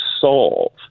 solve